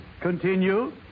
Continue